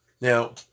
Now